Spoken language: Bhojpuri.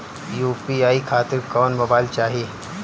यू.पी.आई खातिर कौन मोबाइल चाहीं?